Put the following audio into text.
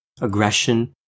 aggression